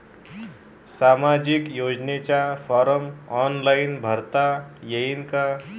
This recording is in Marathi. सामाजिक योजनेचा फारम ऑनलाईन भरता येईन का?